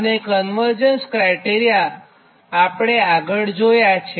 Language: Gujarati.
અને કન્વર્જન્સ ક્રાયટેરિયા આપણે આગળ જોયાં છે